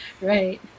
Right